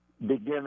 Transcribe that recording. begin